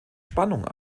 spannung